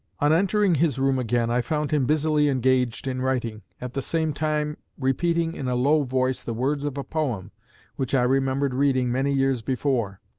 on entering his room again, i found him busily engaged in writing, at the same time repeating in a low voice the words of a poem which i remembered reading many years before.